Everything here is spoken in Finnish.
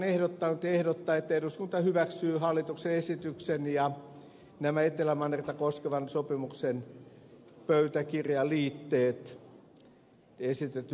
ympäristövaliokunta ehdottaa että eduskunta hyväksyy hallituksen esityksen ja nämä etelämannerta koskevan sopimuksen pöytäkirjaliitteet esitetyn mukaisesti